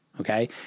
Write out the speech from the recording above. Okay